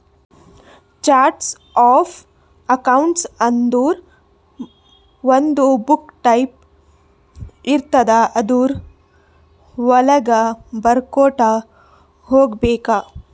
charts of accounts ಅಂದುರ್ ಒಂದು book type ಇರ್ತುದ್ ಅದುರ್ ವಳಾಗ ಬರ್ಕೊತಾ ಹೋಗ್ಬೇಕ್